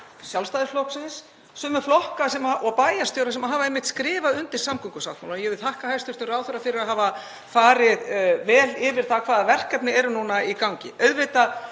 Sjálfstæðisflokksins og bæjarstjóra sama flokks sem hafa einmitt skrifað undir samgöngusáttmálann. Ég vil þakka hæstv. ráðherra fyrir að hafa farið vel yfir það hvaða verkefni eru núna í gangi. Auðvitað